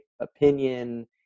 opinion